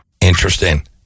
Interesting